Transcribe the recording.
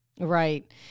Right